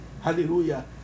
Hallelujah